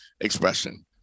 expression